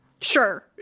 Sure